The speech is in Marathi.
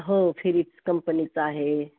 हो फिरिक्स कंपनीचा आहे